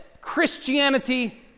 christianity